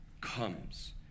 comes